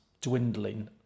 dwindling